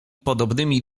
podobnymi